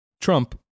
Trump